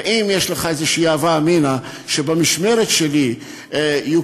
ואם יש לך איזו הווה אמינא שבמשמרת שלי יוקמו